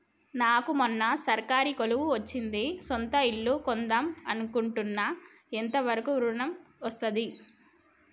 నాకు మొన్న సర్కారీ కొలువు వచ్చింది సొంత ఇల్లు కొన్దాం అనుకుంటున్నా ఎంత వరకు ఋణం వస్తది?